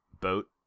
boat